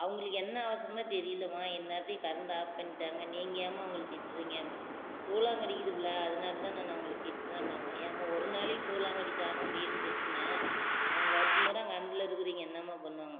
அவங்களுக்கு என்ன அவசரம் தெரியிலைம்மா இந்நேரத்துக்கு கரண்ட ஆஃப் பண்ணிட்டாங்க நீங்கள் ஏம்மா அவங்களை திட்றீங்கேன்ப சூலாங்கடிக்கிது பிள்ள அதலாதான் நானு அவங்கள திட்றேன்பாங்க ஏம்மா ஒரு நாளையில் சூலாங்கடி தாங்க முடியிலேன்னு திட்டுன்னா அவங்க வருடம் பூரா கரண்டில் இருக்கிறவைங்க என்னம்மா பண்ணுவாங்க